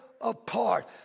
apart